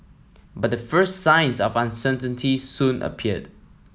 but the first signs of uncertainty soon appeared